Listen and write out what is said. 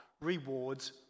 rewards